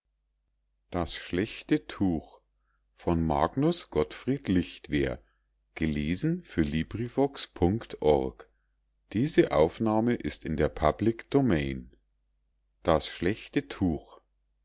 muß magnus gottfried lichtwer das